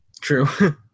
True